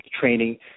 training